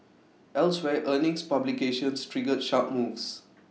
elsewhere earnings publications triggered sharp moves